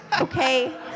okay